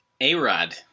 A-Rod